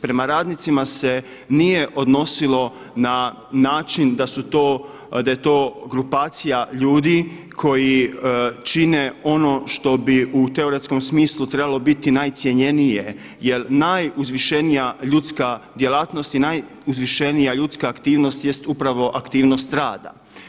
Prema radnicima se nije odnosilo na način da je to grupacija ljudi koji čine ono što bi u teoretskom smislu trebalo biti najcjenjenije, jel najuzvišenija ljudska djelatnost i najuzvišenija ljudska aktivnost jest upravo aktivnost rada.